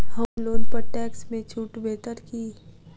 होम loan पर tax मे छुट भेटत की